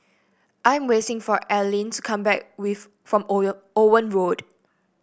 I am waiting for Arlyne to come back from Owen Road